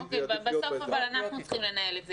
בסוף אנחנו צריכים לנהל את זה.